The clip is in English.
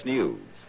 News